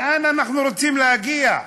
לאן אנחנו רוצים להגיע,